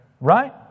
Right